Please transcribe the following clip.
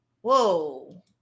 whoa